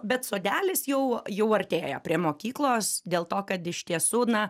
bet sodelis jau jau artėja prie mokyklos dėl to kad iš tiesų na